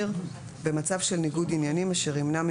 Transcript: במצב של ניגוד עניינים אשר ימנע ממנו